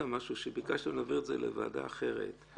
משהו שביקשתם להעביר את זה לוועדה אחרת.